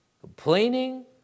Complaining